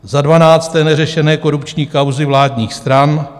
Za dvanácté, neřešené korupční kauzy vládních stran.